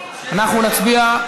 אנחנו נצביע,